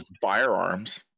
firearms